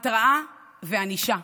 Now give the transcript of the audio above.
הרתעה וענישה.